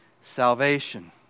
salvation